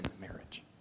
marriage